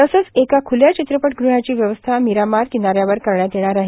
तसंच एका खुल्या चित्रपट्यृहाची व्यवस्था मिरामार किनाऱ्यावर करण्यात येणार आहे